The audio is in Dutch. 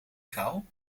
kou